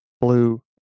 blue